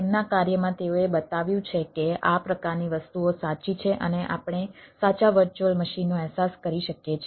તેમના કાર્યમાં તેઓએ બતાવ્યું છે કે આ પ્રકારની વસ્તુઓ સાચી છે અને આપણે સાચા વર્ચ્યુઅલ મશીનનો અહેસાસ કરી શકીએ છીએ